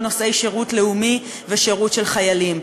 נושאי שירות לאומי ושירות של חיילים.